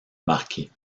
marquis